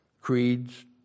creeds